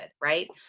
right